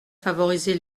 favoriser